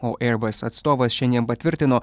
o eirbas atstovas šiandien patvirtino